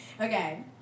okay